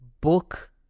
book